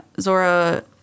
Zora